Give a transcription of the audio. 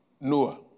Noah